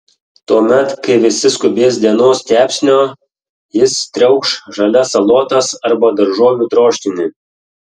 tuomet kai visi skubės dienos kepsnio jis triaukš žalias salotas arba daržovių troškinį